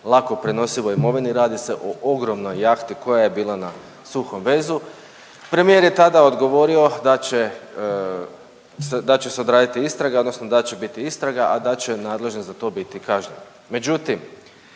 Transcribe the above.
lakoj prenosivoj imovini, radi se o ogromnoj jahti koja je bila na suhom vezu. Premijer je tada odgovorio da će odraditi istraga odnosno da će biti istraga, a da će nadležni za to biti kažnjeni.